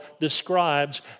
describes